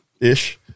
ish